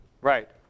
right